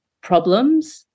problems